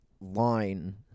line